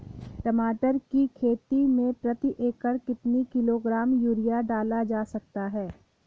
टमाटर की खेती में प्रति एकड़ कितनी किलो ग्राम यूरिया डाला जा सकता है?